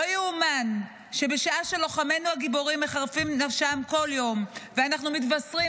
לא ייאמן שבשעה שלוחמינו הגיבורים מחרפים נפשם כל יום ואנו מתבשרים,